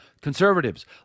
Conservatives